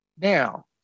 Now